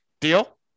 Deal